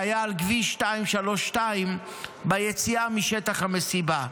שהיה על כביש 232, ביציאה משטח המסיבה.